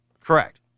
correct